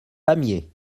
pamiers